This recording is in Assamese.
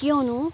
কিয়নো